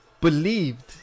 believed